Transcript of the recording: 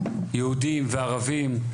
יהודים וערבים,